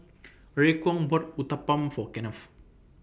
Raekwon bought Uthapam For Kennth